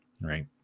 Right